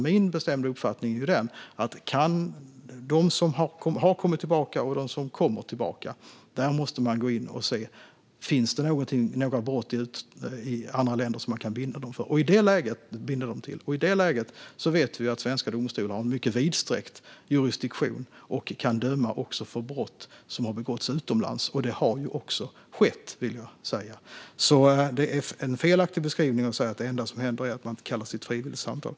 Min bestämda uppfattning är att man får titta på om det finns brott i andra länder som de som har kommit tillbaka, eller de som är på väg tillbaka, kan bindas till. I det läget vet vi att svenska domstolar har en vidsträckt jurisdiktion och kan döma för brott begångna utomlands. Det har också skett. Det är en felaktig beskrivning att säga att det enda som händer är att de kallas till ett frivilligt samtal.